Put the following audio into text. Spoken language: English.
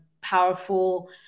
powerful